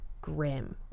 Grim